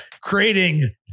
creating